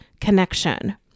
connection